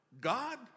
God